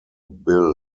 bill